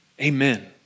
Amen